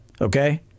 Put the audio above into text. okay